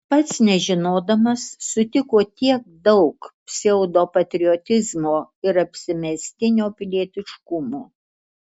pats nežinodamas sutiko tiek daug pseudopatriotizmo ir apsimestinio pilietiškumo